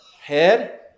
head